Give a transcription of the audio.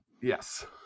Yes